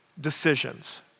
decisions